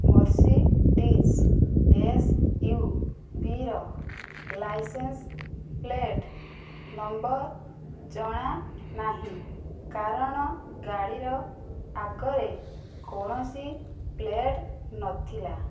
Mercedes ଏସ୍ୟୁଭିର licence plate number ଜଣାନାହିଁ କାରଣ ଗାଡ଼ିର ଆଗରେ କୌଣସି ପ୍ଲେଟ୍ ନଥିଲା